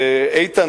ואיתן,